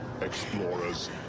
Explorers